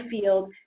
field